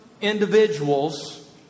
individuals